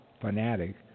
fanatic